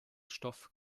stoff